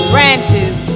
Branches